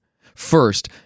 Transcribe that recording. First